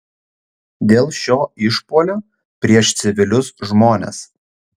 dėl šio išpuolio prieš civilius žmones